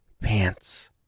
pants